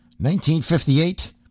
1958